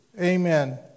Amen